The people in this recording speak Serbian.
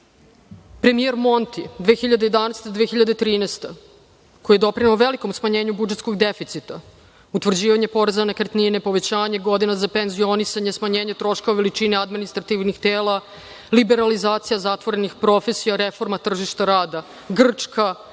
Premijer Monti, 2011-2013 godine, koji je doprineo velikom smanjenju budžetskog deficita, utvrđivanje poreza na nekretnine, povećanje godina za penzionisanje, smanjenje troškova veličine administrativnih tela, liberalizacija zatvorenih profesija, reforma tržišta rada, Grčka,